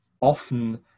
often